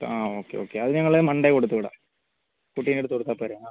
okay okay അത് ഞങ്ങൾ Monday കൊടുത്തു വിടാം കുട്ടീൻറ്റടുത്ത് കൊടുത്താൽ പോരെ